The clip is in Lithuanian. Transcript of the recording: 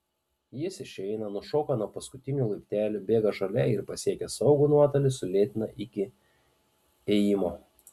jis išeina nušoka nuo paskutinių laiptelių bėga žole ir pasiekęs saugų nuotolį sulėtina iki ėjimo